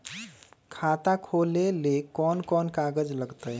खाता खोले ले कौन कौन कागज लगतै?